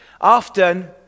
Often